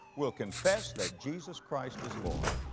will confess that jesus christ is lord.